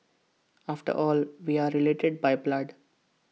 after all we are related by blood